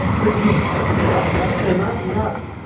great pinot, right? and i'm not,